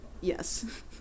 yes